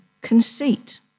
conceit